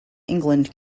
england